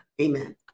amen